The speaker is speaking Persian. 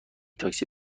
تاکسی